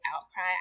outcry